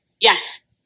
Yes